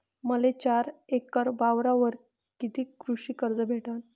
मले चार एकर वावरावर कितीक कृषी कर्ज भेटन?